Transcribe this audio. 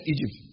Egypt